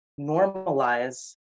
normalize